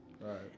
Right